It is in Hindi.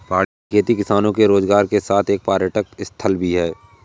पहाड़ी खेती किसानों के रोजगार के साथ एक पर्यटक स्थल भी है